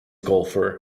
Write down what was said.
golfer